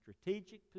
strategic